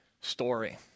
story